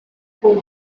con